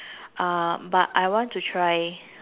uh but I want to try